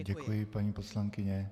Děkuji, paní poslankyně.